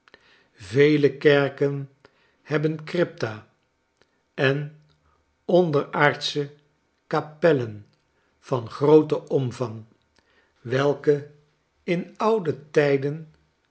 yele kerken hebben crypta en onderaardsche kapellen van grooten omvang welke in oude tijden